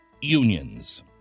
unions